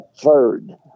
third